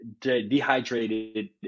dehydrated